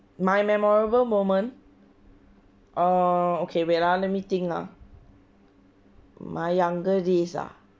my memorable moment oh okay wait ah let me think lah my younger days ah